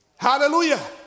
Hallelujah